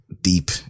deep